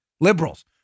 Liberals